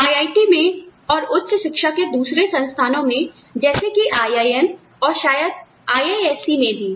IIT में और उच्च शिक्षा के दूसरे संस्थानों में जैसे कि IIM और शायद IISc में भी